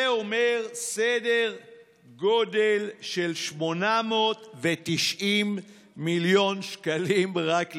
זה אומר סדר גודל של 890 מיליון שקלים רק לתחזוקה.